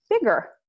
bigger